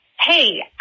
hey